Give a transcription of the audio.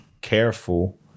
careful